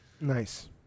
Nice